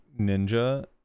Ninja